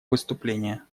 выступление